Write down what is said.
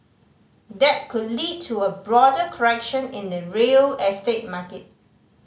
that could lead to a broader correction in the real estate market